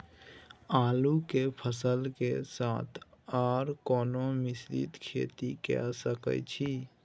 आलू के फसल के साथ आर कोनो मिश्रित खेती के सकैछि?